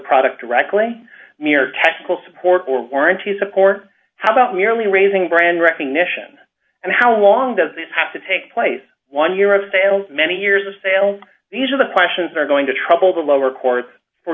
product directly near technical support or warranty support how about merely raising brand recognition and how long does this have to take place one year of sales many years of sales these are the questions they're going to trouble the lower court for